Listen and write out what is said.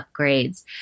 upgrades